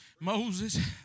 Moses